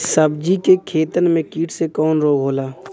सब्जी के खेतन में कीट से कवन रोग होला?